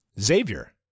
Xavier